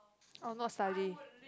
I'll not study